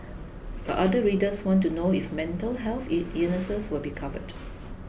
but other readers want to know if mental health ill illnesses will be covered